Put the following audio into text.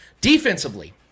Defensively